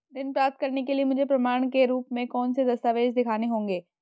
ऋण प्राप्त करने के लिए मुझे प्रमाण के रूप में कौन से दस्तावेज़ दिखाने होंगे?